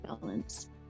balance